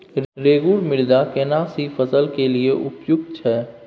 रेगुर मृदा केना सी फसल के लिये उपयुक्त छै?